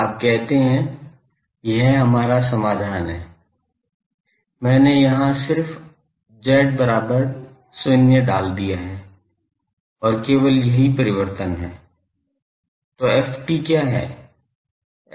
आप कहते हैं यह हमारा समाधान था मैंने यहाँ सिर्फ z0 डाल दिया है और केवल यही परिवर्तन है तो ft क्या है